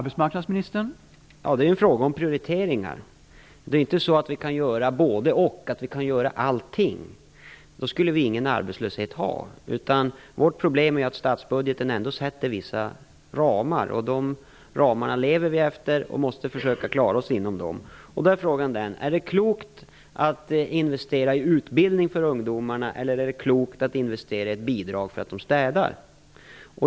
Herr talman! Det är en fråga om prioriteringar. Vi kan inte göra både-och. Vi kan inte göra allting. Då skulle vi ingen arbetslöshet ha. Vårt problem är att statsbudgeten ändå sätter vissa ramar. De ramarna lever vi efter, och vi måste försöka klara oss inom dem. Frågan är om det är klokt att investera i utbildning för ungdomarna eller om det är klokt att investera i ett bidrag för att de städar.